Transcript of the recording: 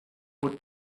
would